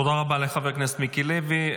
תודה רבה לחבר הכנסת מיקי לוי.